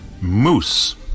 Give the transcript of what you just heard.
Moose